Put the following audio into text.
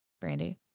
Brandy